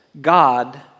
God